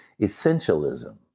essentialism